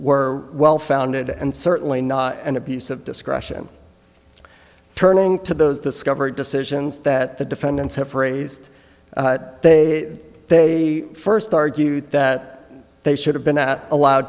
were well founded and certainly not an abuse of discretion turning to those discoveries decisions that the defendants have raised they they first argued that they should have been that allow